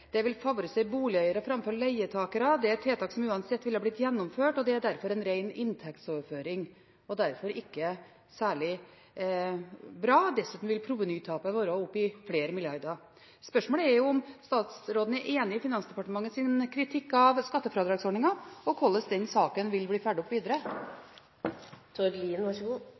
det «gunstigere å investere i bolig», det vil «favorisere boligeiere framfor leietakere», det er et tiltak som «uansett ville ha blitt gjennomført», og det er derfor «en ren inntektsoverføring» – og derfor ikke særlig bra. Dessuten vil provenytapet «komme opp i flere milliarder kroner». Spørsmålet er om statsråden er enig i Finansdepartementets kritikk av skattefradragsordningen, og hvordan den saken vil bli fulgt opp videre.